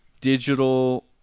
digital